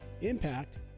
Impact